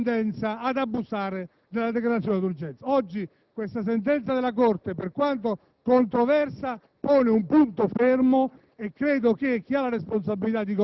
moderò senz'altro la tendenza ad abusare della decretazione d'urgenza. Oggi, questa sentenza della Corte, per quanto controversa, pone un punto fermo